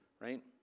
right